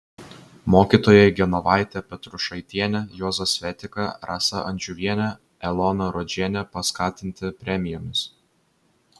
mokytojai genovaitė petrušaitienė juozas svetika rasa andžiuvienė elona rodžienė paskatinti premijomis